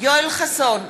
יואל חסון,